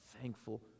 thankful